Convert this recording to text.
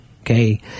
okay